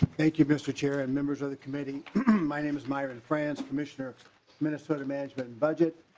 thank you mister chair and members of the committee my name is myron frans commissioner minnesota management and budget.